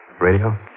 Radio